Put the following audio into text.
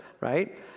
right